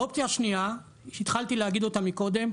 האופציה השנייה, שהתחלתי להגיד קודם,